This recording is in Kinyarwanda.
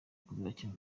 kuzakina